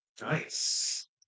Nice